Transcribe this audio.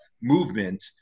movement